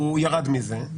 הוא ירד מזה.